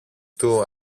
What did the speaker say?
του